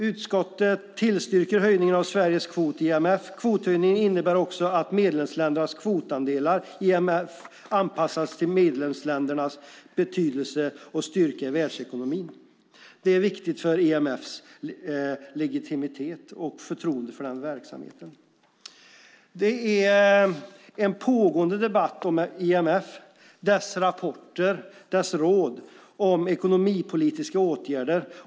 Utskottet tillstyrker höjningen av Sveriges kvot i IMF. Kvothöjningen innebär också att medlemsländernas kvotandelar i IMF anpassas till medlemsländernas betydelse och styrka i världsekonomin. Detta är viktigt för IMF:s legitimitet och för medlemsländernas förtroende för IMF:s verksamhet. Det är en pågående debatt om IMF, dess rapporter och dess råd om ekonomiskpolitiska åtgärder.